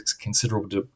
considerable